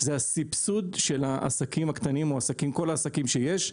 זה הסבסוד של העסקים הקטנים כל העסקים שיש,